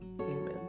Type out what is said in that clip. Amen